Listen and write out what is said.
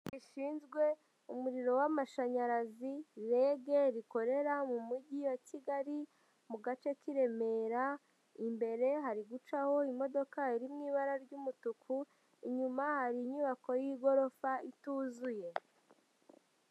Rishinzwe umuriro w'amashanyarazi REG, rikorera mu mujyi wa Kigali, mu gace k'i Remera, imbere hari gucaho imodoka iri mu ibara ry'umutuku, inyuma hari inyubako y'igorofa ituzuye.